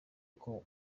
uko